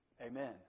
Amen